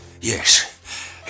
Yes